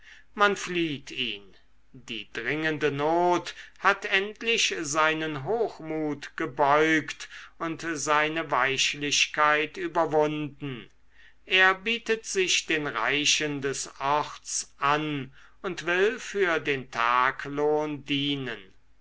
man flieht ihn die dringende not hat endlich seinen hochmut gebeugt und seine weichlichkeit überwunden er bietet sich den reichen des orts an und will für den taglohn dienen